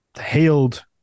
hailed